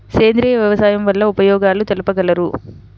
సేంద్రియ వ్యవసాయం వల్ల ఉపయోగాలు తెలుపగలరు?